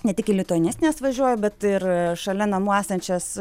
ne tik į lituanistines važiuoju bet ir šalia namų esančias